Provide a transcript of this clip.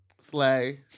Slay